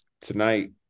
tonight